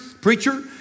preacher